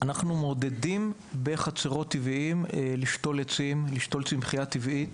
מעודדים לשתול עצים וצמחיה טבעית